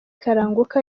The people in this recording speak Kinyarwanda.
kalanguka